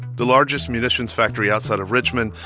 the largest munitions factory outside of richmond,